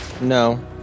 No